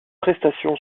prestation